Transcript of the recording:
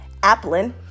Applin